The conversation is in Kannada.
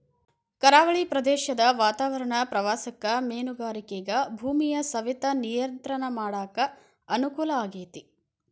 ಕರಾವಳಿ ಪ್ರದೇಶದ ವಾತಾವರಣ ಪ್ರವಾಸಕ್ಕ ಮೇನುಗಾರಿಕೆಗ ಭೂಮಿಯ ಸವೆತ ನಿಯಂತ್ರಣ ಮಾಡಕ್ ಅನುಕೂಲ ಆಗೇತಿ